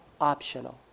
optional